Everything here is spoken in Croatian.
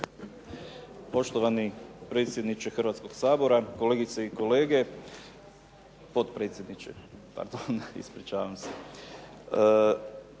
Poštovani predsjedniče Hrvatskog sabora, kolegice i kolege. Potpredsjedniče, pardon, ispričavam se.